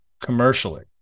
commercially